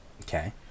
Okay